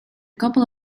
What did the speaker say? couple